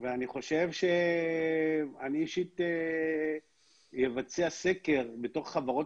ואני חושב שאני אישית אבצע סקר בתוך החברות